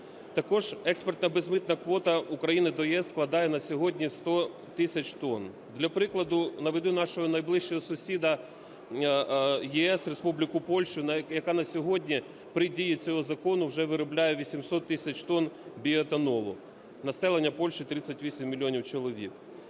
Також експортна безмитна квота України до ЄС складає на сьогодні 100 тисяч тонн. Для прикладу наведу нашого найближчого сусіда ЄС – Республіку Польщу, яка на сьогодні при дії цього закону вже виробляє 800 тисяч тонн біоетанолу, населення Польщі – 38 мільйонів чоловік.